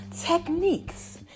techniques